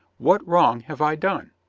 what wrong have i done?